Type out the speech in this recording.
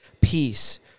peace